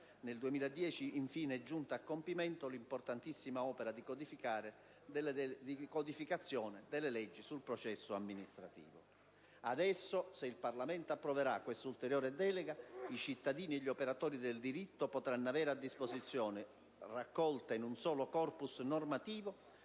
Nel 2010, infine, è giunta a compimento l'importantissima opera di codificazione delle leggi sul processo amministrativo. Adesso, se il Parlamento approverà questa ulteriore delega, i cittadini e gli operatori del diritto potranno avere a disposizione, raccolta in un solo *corpus* normativo,